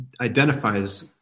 identifies